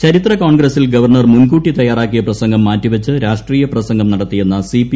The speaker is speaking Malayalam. ചരിത്ര കോൺഗ്രസിൽ ഗവർണർ മുൾകൂട്ട്്ി തയ്യാറാക്കിയ പ്രസംഗം മാറ്റിവച്ച് രാഷ്ട്രീയ പ്രസംഗം നടത്തിയെന്ന സ്പീ